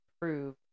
prove